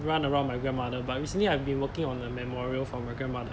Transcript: run around my grandmother but recently I've been working on a memorial from my grandmother